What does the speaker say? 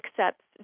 accepts